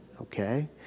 Okay